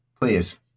please